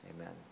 Amen